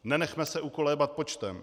Nenechme se ukolébat počtem.